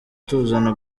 tuzana